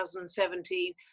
2017